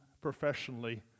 professionally